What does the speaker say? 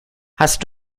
hast